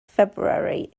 february